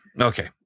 Okay